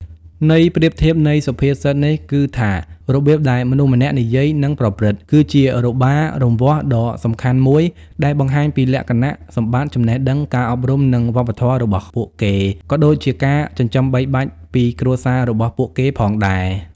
ន័យប្រៀបធៀបនៃសុភាសិតនេះគឺថា របៀបដែលមនុស្សម្នាក់និយាយ និងប្រព្រឹត្ត គឺជារបារវាស់ដ៏សំខាន់មួយដែលបង្ហាញពីលក្ខណៈសម្បត្តិ ចំណេះដឹង ការអប់រំ និងវប្បធម៌របស់ពួកគេ ក៏ដូចជាការចិញ្ចឹមបីបាច់ពីគ្រួសាររបស់គេផងដែរ។